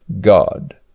God